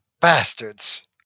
bastards